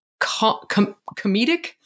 comedic